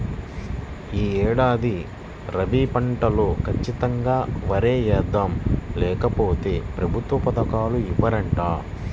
యీ ఏడాది రబీ పంటలో ఖచ్చితంగా వరే యేద్దాం, లేకపోతె ప్రభుత్వ పథకాలు ఇవ్వరంట